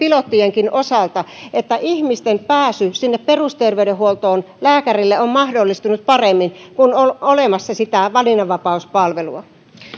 pilottienkin osalta että ihmisten pääsy sinne perusterveydenhuoltoon lääkärille on mahdollistunut paremmin kun on olemassa sitä valinnanvapauspalvelua